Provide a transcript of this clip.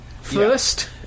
first